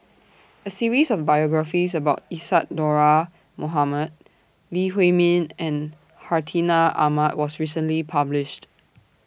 A series of biographies about Isadhora Mohamed Lee Huei Min and Hartinah Ahmad was recently published